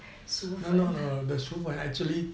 薯粉